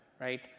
right